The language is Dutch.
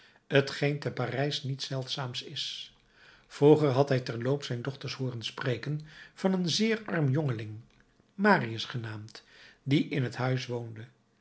t geen te parijs niets zeldzaams is vroeger had hij terloops zijn dochters hooren spreken van een zeer arm jongeling marius genaamd die in het huis woonde